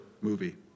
movie